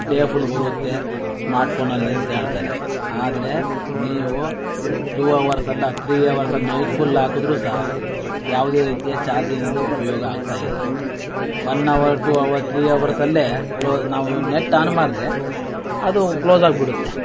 day full ಬರುತ್ತೆ smart ಫೋನಲ್ಲಿ ಅಂತ ಹೇಳ್ತಾರೆ ಆದರೆ ನೀವು ಟೂ ಅವರ್ಸ್ ಅಲ್ಲ ಥ್ರೀ ಅವರ್ಸ್ ಅಲ್ಲ ನೈಟ್ ಫುಲ್ ಹಾಕಿದ್ರೂ ಸಹ ಯಾವುದೇ ರೀತಿಯ ಚಾರ್ಜಿಂಗಿಂದ ಉಪಯೋಗ ಆಗ್ತಾಯಿಲ್ಲ one hour two hour three ಅವರ್ಸಲ್ಲೇ ಕ್ಲೋಸ್ ನಾವು ನೆಟ್ ಆನ್ ಮಾಡಿದ್ರೆ ಅದು ಕ್ಲೋಸ್ ಆಗಿ ಬಿಡುತ್ತೆ